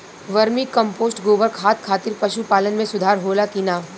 Vermi compost गोबर खाद खातिर पशु पालन में सुधार होला कि न?